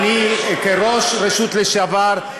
כראש רשות לשעבר,